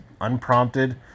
unprompted